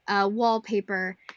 wallpaper